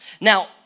Now